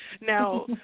Now